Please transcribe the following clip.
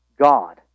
God